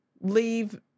leave